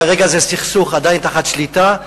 כרגע זה סכסוך עדיין תחת שליטה,